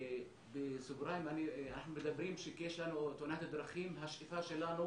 בסוגריים אנחנו מדברים שכשיש לנו תאונת דרכים השאיפה שלנו